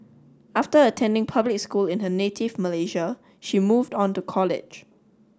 after attending public school in her native Malaysia she moved on to college